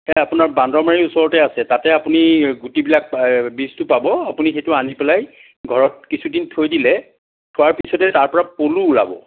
তাতে আপোনাৰ বান্দৰমাৰীৰ ওচৰতে আছে তাতে আপুনি গুটিবিলাক এই বীজটো পাব আপুনি সেইটো আনি পেলাই ঘৰত কিছুদিন থৈ দিলে থোৱাৰ পিছতে তাৰপৰা পলু ওলাব